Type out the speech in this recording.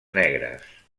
negres